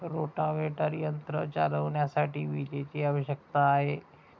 rotavator यंत्र चालविण्यासाठी विजेची आवश्यकता आहे